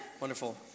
Wonderful